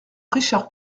richard